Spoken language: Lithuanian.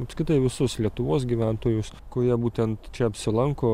apskritai visus lietuvos gyventojus kurie būtent čia apsilanko